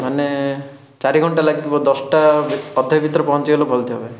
ମାନେ ଚାରିଘଣ୍ଟା ଲାଗିବ ଦଶଟା ଭିତରେ ପହଞ୍ଚିଲେ ଭଲ ଥିବ ଭାଇ